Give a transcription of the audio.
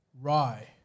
Rye